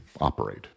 operate